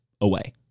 away